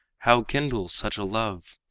how kindle such a love?